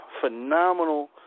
phenomenal